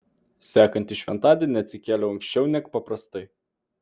sekantį šventadienį atsikėliau anksčiau neg paprastai